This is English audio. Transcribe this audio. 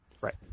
right